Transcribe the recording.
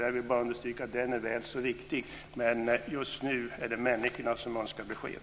Jag vill bara understryka att den är väl så viktig, men just nu är det människorna som önskar besked.